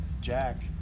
Jack